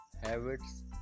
habits